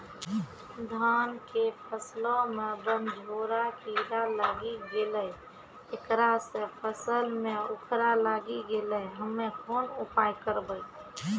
धान के फसलो मे बनझोरा कीड़ा लागी गैलै ऐकरा से फसल मे उखरा लागी गैलै हम्मे कोन उपाय करबै?